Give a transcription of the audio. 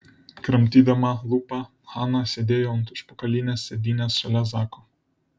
kramtydama lūpą hana sėdėjo ant užpakalinės sėdynės šalia zako